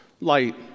light